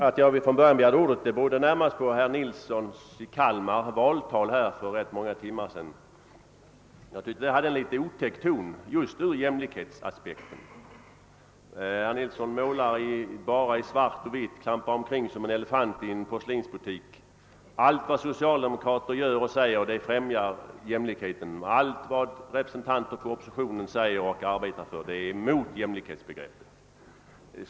Vad som emellertid närmast föranledde mig att begära ordet var herr Nilssons i Kalmar valtal här i kammaren för nu ganska många timmar sedan. Jag tyckte att det hade en litet otäck ton just ur jämlikhetsaspekten. Herr Nilsson målade bara i svart och vitt och trampade omkring som en elefant i en porslinsbutik. Allt vad socialdemokraterna gör och säger främjar jämlikheten, och allt vad representanter för oppositionen säger och arbetar för är emot jämlikhetsbegreppet.